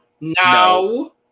No